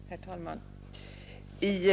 Herr talman!